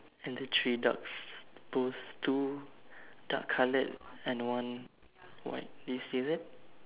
and the three dogs both two dark coloured and one white do you see that